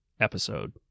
episode